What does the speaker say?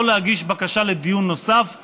שלא להגיש בקשה לדיון נוסף בבג"ץ,